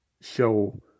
show